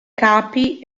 capi